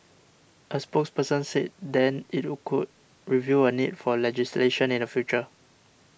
a spokesperson said then it could review a need for legislation in the future